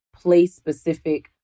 place-specific